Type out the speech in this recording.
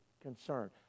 concern